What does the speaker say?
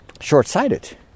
short-sighted